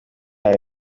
yawe